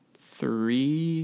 three